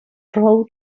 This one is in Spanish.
road